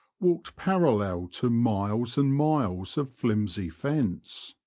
walked parallel to miles and miles of flimsy fence.